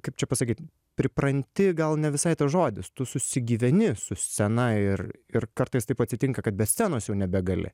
kaip čia pasakyt pripranti gal ne visai tas žodis tu susigyveni su scena ir ir kartais taip atsitinka kad be scenos jau nebegali